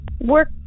work